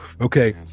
okay